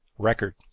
record